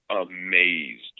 amazed